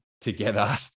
together